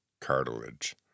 cartilage